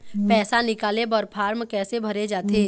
पैसा निकाले बर फार्म कैसे भरे जाथे?